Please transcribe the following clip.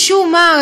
משום מה,